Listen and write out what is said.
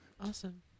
awesome